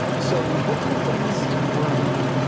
so what kind of things like worry you?